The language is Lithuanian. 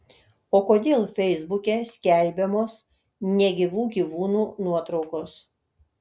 o kodėl feisbuke skelbiamos negyvų gyvūnų nuotraukos